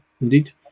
indeed